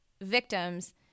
victims